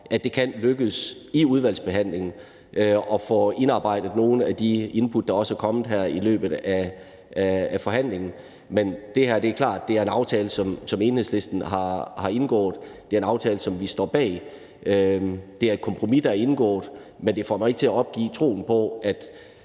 at det kan lykkes i udvalgsbehandlingen at få indarbejdet nogle af de input, der også er kommet her i løbet af forhandlingen. Men det er klart, at det her er en aftale, som Enhedslisten har indgået. Det er en aftale, som vi står bag. Det er et kompromis, der er indgået. Men det får mig ikke til at opgive troen på, at